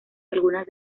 algunas